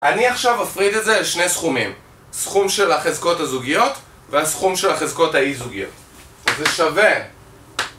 אני עכשיו אפריד את זה לשני סכומים, סכום של החזקות הזוגיות והסכום של החזקות האי זוגיות. זה שווה